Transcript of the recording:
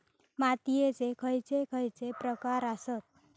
मातीयेचे खैचे खैचे प्रकार आसत?